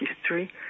history